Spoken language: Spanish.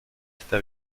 está